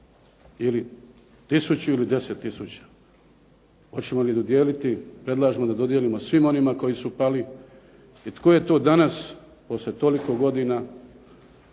ili tisuću, ili 10 tisuća. Hoćemo li dodijeliti, predlažemo da dodijelimo svima onima koji su pali. I tko je to danas poslije toliko godina